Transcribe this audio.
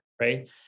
Right